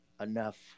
enough